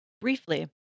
Briefly